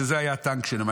שזה היה הטנק שלהם.